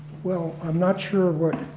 well, i'm not sure what